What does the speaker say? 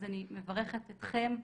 אז אני מברכת אתכם,